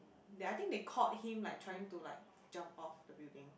they I think they caught him like trying to like jump off the building